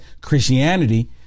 christianity